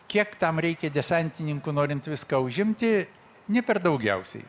kiek tam reikia desantininkų norint viską užimti ne per daugiausiai